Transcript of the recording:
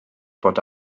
bod